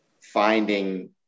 finding